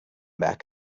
back